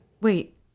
Wait